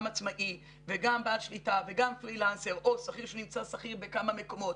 עצמאי וגם בעל שליטה וגם פרילנסר או שכיר שהוא נמצא שכיר בכמה מקומות,